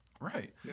Right